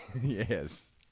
Yes